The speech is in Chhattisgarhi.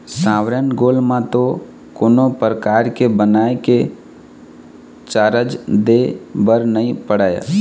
सॉवरेन गोल्ड म तो कोनो परकार के बनाए के चारज दे बर नइ पड़य